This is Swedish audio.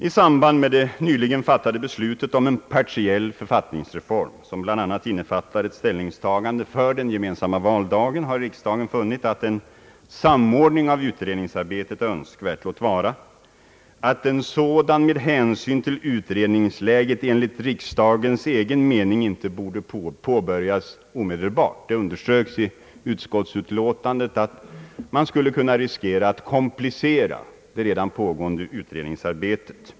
I samband med det nyligen fattade beslutet om en partiell författningsreform, som bl.a. innefattar ett ställningstagande för den gemensamma valdagen, har riksdagen funnit att en samordning av utredningsarbetet är önskvärd, låt vara att en sådan med hänsyn till utredningsläget enligt riksdagens egen mening inte borde påbörjas omedelbart. Det underströks i utskottsutlåtandet att man kunde riskera att komplicera det redan pågående utredningsarbetet.